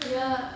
mm